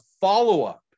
follow-up